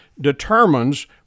determines